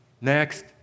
Next